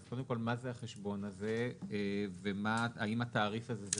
אז קודם כל מה זה החשבון הזה והאם התעריף הזה זה